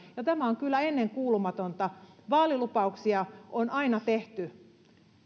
ja tämä on kyllä ennenkuulumatonta vaalilupauksia on aina tehty